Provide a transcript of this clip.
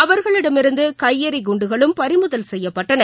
அவர்களிடமிருந்துகையெறிகுன்டுகளும் பறிமுதல் செய்யப்பட்டன